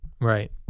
Right